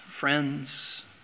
friends